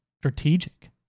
strategic